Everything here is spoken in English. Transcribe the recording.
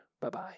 Bye-bye